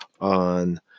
on